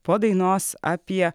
po dainos apie